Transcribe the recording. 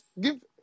Give